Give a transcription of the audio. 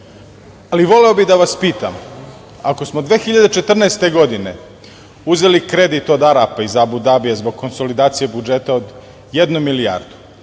ali voleo bih da vas pitam ako smo 2014. godine uzeli kredit od Arapa iz Abu Dabija zbog konsolidacije budžeta od jednu milijardu